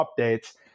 updates